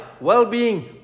well-being